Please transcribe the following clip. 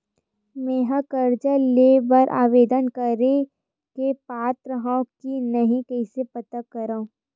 मेंहा कर्जा ले बर आवेदन करे के पात्र हव की नहीं कइसे पता करव?